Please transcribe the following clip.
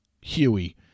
Huey